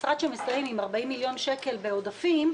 משרד שמסיים עם 40 מיליון שקל בעודפים,